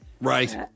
Right